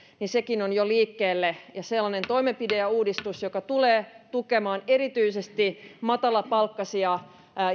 on jo liikkeellä ja on sellainen toimenpide ja uudistus joka tulee tukemaan erityisesti matalapalkkaisia